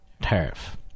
tariff